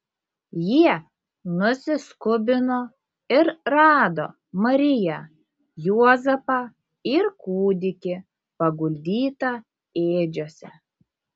jie nusiskubino ir rado mariją juozapą ir kūdikį paguldytą ėdžiose